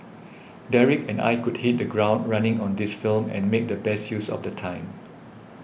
Derek and I could hit the ground running on this film and make the best use of the time